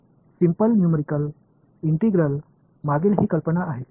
तर simple numerical integration मागील ही कल्पना आहे